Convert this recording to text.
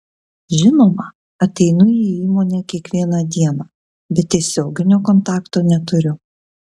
žinoma ateinu į įmonę kiekvieną dieną bet tiesioginio kontakto neturiu